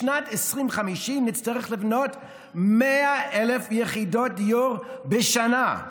בשנת 2050 נצטרך לבנות 100,000 יחידות דיור בשנה.